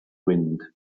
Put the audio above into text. wind